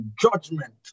judgment